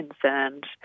concerned